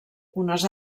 unes